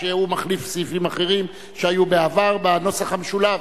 שמחליף סעיפים אחרים שהיו בעבר בנוסח המשולב,